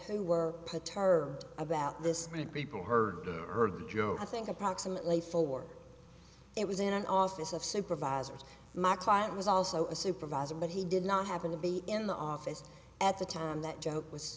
who were paternal about this people heard joe i think approximately four it was in an office of supervisors my client was also a supervisor but he did not happen to be in the office at the time that joe was